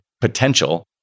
potential